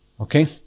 Okay